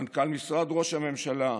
מנכ"ל משרד ראש הממשלה,